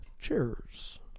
Cheers